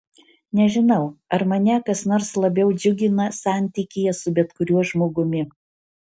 nežinau ar mane kas nors labiau džiugina santykyje su bet kuriuo žmogumi